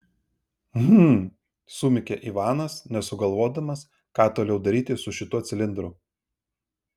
hm sumykė ivanas nesugalvodamas ką toliau daryti su šituo cilindru